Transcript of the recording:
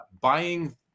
buying